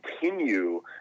continue